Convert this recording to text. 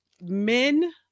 Men